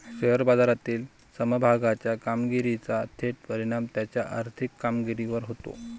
share बाजारातील समभागाच्या कामगिरीचा थेट परिणाम त्याच्या आर्थिक कामगिरीवर होतो